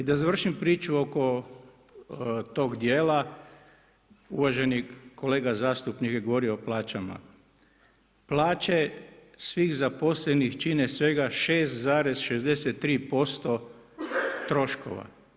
I da završim priču oko tog dijela, uvaženi kolega zastupnik je govorio o plaćama, plaće svih zaposlenih čine svega 6,63% troškova.